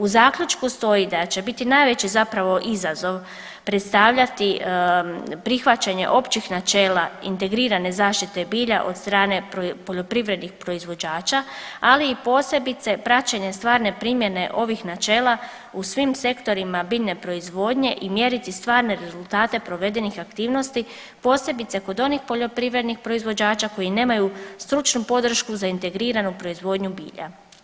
U zaključku stoji da će biti najveći zapravo izazov predstavljati prihvaćanje općih načela integrirane zaštite bilja od strane poljoprivrednih proizvođača, ali i posebice praćenje stvarne primjene ovih načela u svim sektorima biljne proizvodnje i mjerici stvarne rezultate provedenih aktivnosti, posebice kod onih poljoprivrednih proizvođača koji nemaju stručnu podršku za integriranu proizvodnju bilja.